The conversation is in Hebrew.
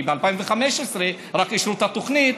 כי רק ב-2015 אישרו את התוכנית,